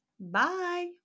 bye